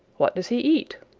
what does he eat?